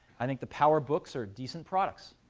i think the powerbooks are decent products.